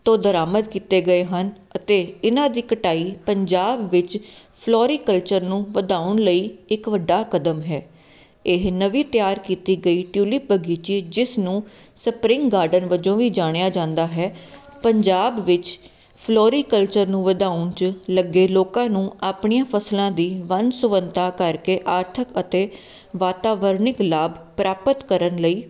ਤੋਂ ਬਰਾਬਮਦ ਕੀਤੇ ਗਏ ਹਨ ਅਤੇ ਇਹਨਾਂ ਦੀ ਕਟਾਈ ਪੰਜਾਬ ਵਿੱਚ ਫਲੋਰੀਕਲਚਰ ਨੂੰ ਵਧਾਉਣ ਲਈ ਇੱਕ ਵੱਡਾ ਕਦਮ ਹੈ ਇਹ ਨਵੀਂ ਤਿਆਰ ਕੀਤੀ ਗਈ ਟਿਉਲਿਪ ਬਗੀਚੀ ਜਿਸ ਨੂੰ ਸਪਰਿੰਗ ਗਾਰਡਨ ਵਜੋਂ ਵੀ ਜਾਣਿਆ ਜਾਂਦਾ ਹੈ ਪੰਜਾਬ ਵਿੱਚ ਫਲੋਰੀਕਲਚਰ ਨੂੰ ਵਧਾਉਣ 'ਚ ਲੱਗੇ ਲੋਕਾਂ ਨੂੰ ਆਪਣੀਆਂ ਫਸਲਾਂ ਦੀ ਵੰਨਸੁਵੰਨਤਾ ਕਰਕੇ ਆਰਥਿਕ ਅਤੇ ਵਾਤਾਵਰਨਿਕ ਲਾਭ ਪ੍ਰਾਪਤ ਕਰਨ ਲਈ